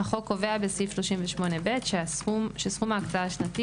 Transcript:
החוק קובע בסעיף 38ב שסכום ההקצאה השנתי